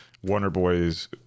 Wonderboy's